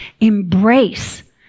Embrace